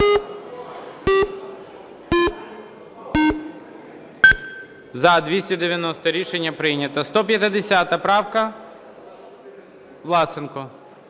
За-290 Рішення прийнято. 150 правка. Власенко.